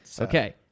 Okay